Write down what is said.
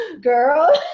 girl